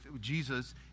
Jesus